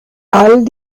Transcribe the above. all